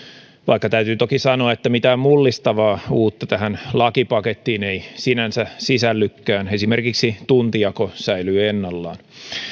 vaikka täytyy toki sanoa että mitään mullistavaa uutta tähän lakipakettiin ei sinänsä sisällykään esimerkiksi tuntijako säilyy ennallaan